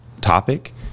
topic